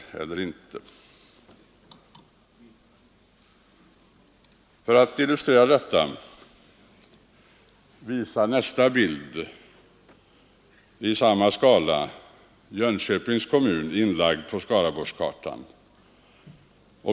För att illustrera detta visar jag på kammarens interna TV-skärm en bild i samma skala och med Jönköpings kommun inlagd på Skaraborgskartan.